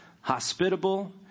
hospitable